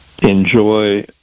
enjoy